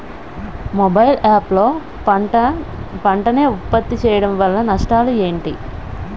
Mobile app లో పంట నే ఉప్పత్తి చేయడం వల్ల నష్టాలు ఏంటి?